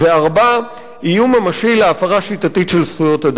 4. איום ממשי להפרה שיטתית של זכויות אדם.